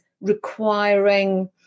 requiring